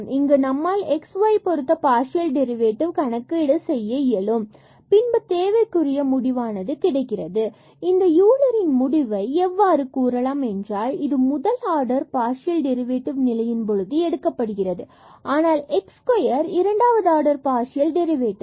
இங்கு நம்மால் x y பொருத்த z பார்சியல் டெரிவேடிவ் கணக்கீடு செய்ய இயலும் பின்பு தேவைக்குரிய முடிவானது கிடைக்கிறது இந்த யூலரின் முடிவை பொதுவாக எவ்வாறு கூறலாம் என்றால் இது முதல் ஆர்டர் பார்சியல் டெரிவேடிவ் நிலையின் பொழுது எடுக்கப்படுகிறது ஆனால் x square இரண்டாவது ஆர்டர் பார்சியல் டெரிவேடிவ்